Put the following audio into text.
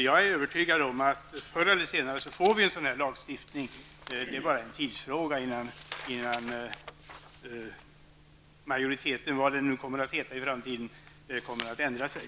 Jag är övertygad om att vi förr eller senare får en sådan här lagstiftning. Det är bara en tidsfråga innan majoriteten, vad den nu kommer att heta i framtiden, kommer att ändra sig.